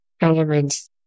elements